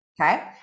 Okay